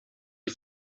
die